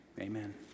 amen